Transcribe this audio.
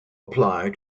apply